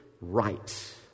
right